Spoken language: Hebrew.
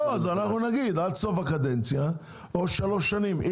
לא, אז אנחנו נגיד, עד סוף הקדנציה או שלוש שנים.